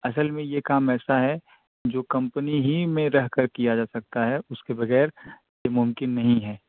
اصل میں یہ کام ایسا ہے جو کمپنی ہی میں رہ کر کیا جا سکتا ہے اس کے بغیر یہ ممکن نہیں ہے